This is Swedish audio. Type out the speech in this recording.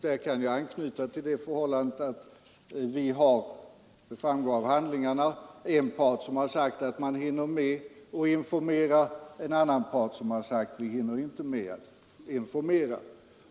Där kan jag anknyta till det förhållandet att vi har — det framgår av handlingarna — en part som sagt att man hinner med att informera och en annan part som sagt att man inte hinner med att informera.